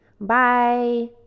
Bye